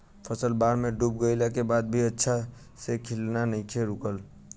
फसल बाढ़ में डूब गइला के बाद भी अच्छा से खिलना नइखे रुकल